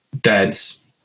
dads